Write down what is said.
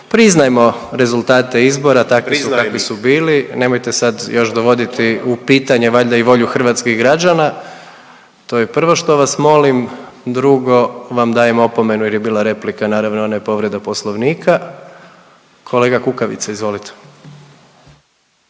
priznajmo rezultate izbora …/Upadica Grmoja: Priznajem ih/… nemojte sad još dovoditi u pitanje valjda i volju hrvatskih građana. To je prvo što vas molim. Drugo vam dajem opomenu jer je bila replika, naravno ne povreda Poslovnika. Kolega Kukavica, izvolite.